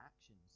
actions